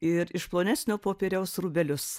ir iš plonesnio popieriaus rūbelius